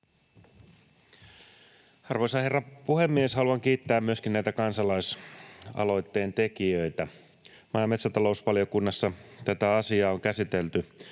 Arvoisa herra puhemies! Haluan myöskin kiittää näitä kansalaisaloitteen tekijöitä. Maa- ja metsätalousvaliokunnassa tätä asiaa on käsitelty